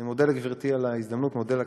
אני מודה לגברתי על ההזדמנות, מודה לכנסת.